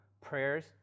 prayers